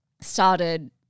started